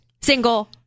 single